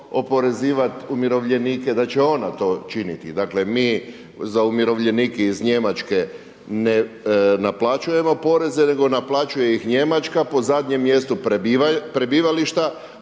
oporezivati umirovljenike, da će ona to činiti. Dakle da mi za umirovljenike iz Njemačke ne naplaćujemo poreze, nego naplaćuje ih Njemačka po zadnjem mjestu prebivališta